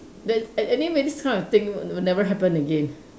then an~ anyway this kind of thing will never happen again